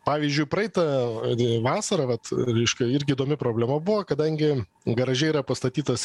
pavyzdžiui praeitą vasarą vat reiškia irgi įdomi problema buvo kadangi garaže yra pastatytas